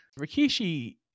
Rikishi